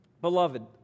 Beloved